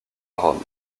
rome